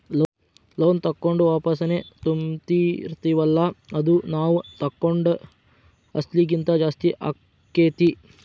loan ತಗೊಂಡು ವಾಪಸೆನ್ ತುಂಬ್ತಿರ್ತಿವಲ್ಲಾ ಅದು ನಾವ್ ತಗೊಂಡ್ ಅಸ್ಲಿಗಿಂತಾ ಜಾಸ್ತಿನ ಆಕ್ಕೇತಿ